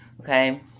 Okay